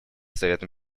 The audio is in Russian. советом